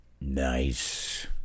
Nice